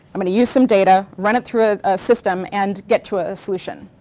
i'm going to use some data, run it through a system and get to a solution.